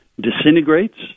disintegrates